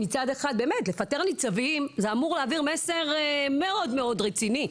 פיטורין של ניצבים אמורים להעביר מסר מאוד מאוד רציני,